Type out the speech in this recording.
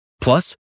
Plus